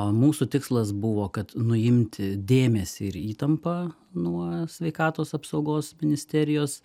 mūsų tikslas buvo kad nuimti dėmesį ir įtampą nuo sveikatos apsaugos ministerijos